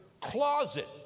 closet